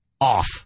off